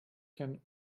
can